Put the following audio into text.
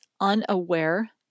unaware